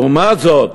לעומת זאת,